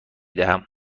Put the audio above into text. دهم